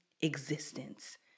existence